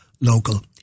local